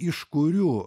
iš kurių